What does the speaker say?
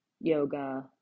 yoga